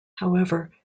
however